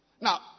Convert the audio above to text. Now